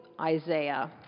Isaiah